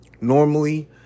Normally